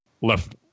left